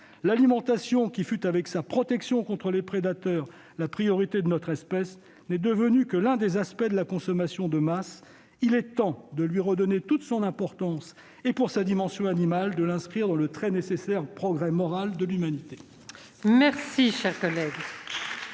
L'alimentation, qui fut avec la protection contre les prédateurs la priorité de notre espèce, n'est plus que l'un des aspects de la consommation de masse. Il est temps de lui redonner toute son importance et, pour sa dimension animale, de l'inscrire dans le très nécessaire progrès moral de l'humanité. La discussion